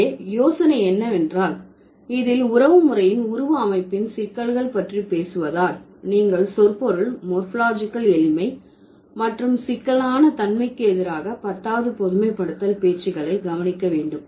இங்கே யோசனை என்னவென்றால் இதில் உறவுமுறையின் உருவ அமைப்பின் சிக்கல்கள் பற்றி பேசுவதால் நீங்கள் சொற்பொருள் மோர்பாலஜிகல் எளிமை மற்றும் சிக்கலான தன்மைக்கு எதிராக பத்தாவது பொதுமைப்படுத்தல் பேச்சுகளை கவனிக்க வேண்டும்